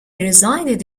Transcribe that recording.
resided